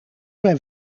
mijn